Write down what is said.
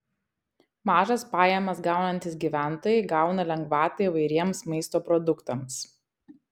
mažas pajamas gaunantys gyventojai gauna lengvatą įvairiems maisto produktams